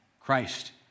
Christ